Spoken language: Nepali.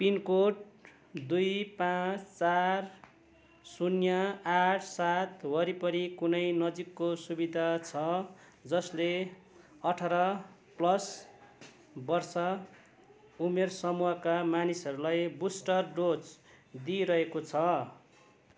पिन कोड दुई पाँच चार शून्य आठ सात वरिपरि कुनै नजिकको सुविधा छ जसले अठार प्लस वर्ष उमेर समूहका मानिसहरूलाई बुस्टर डोज दिइरहेको छ